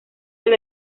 del